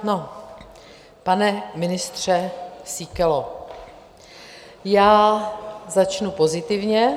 No, pane ministře Síkelo, začnu pozitivně.